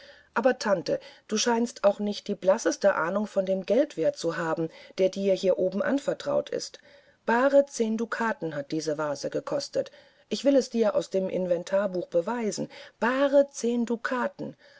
aber tante du scheinst auch nicht die blasse ahnung von dem geldwert zu haben der dir hier oben anvertraut ist bare zehn dukaten hat diese vase gekostet ich will es dir aus dem inventarbuch beweisen bare zehn dukaten